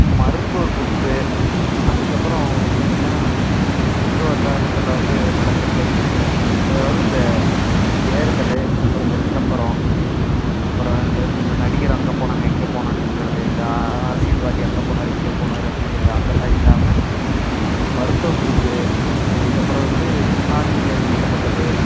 மருத்துவ குறிப்பு அதுக்கு அப்புறம் வந்து பார்த்திங்னா சுத்துவட்டாரத்தில் வந்து நடக்கிற பிரச்சனைகளை அதாவது இந்த தேர்தல் அப்புறம் இந்த விளம்பரம் அப்புறம் இந்த இந்த நடிகர் அங்கே போனாங்க இங்கே போனாங்கங்கிறது இந்த அரசியல்வாதி அங்கே போனாரு இங்கே போனார் அப்படிங்குறது அதெல்லாம் இல்லாமல் மருத்துவ குறிப்பு அதுக்கு அப்புறம் வந்து ஆன்மிக சம்மந்தப்பட்டது